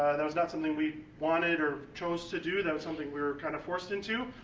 that was not something we wanted or chose to do, that was something we were kind of forced into.